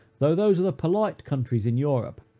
though those are the polite countries in europe,